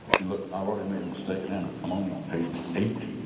and look, i've already made a mistake and and i'm only on page eight.